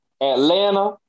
Atlanta